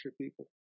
people